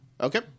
Okay